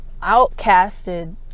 outcasted